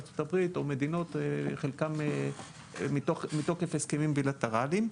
ארצות הברית או מדינות שחלקם מתוקף הסכמים בילטרליים.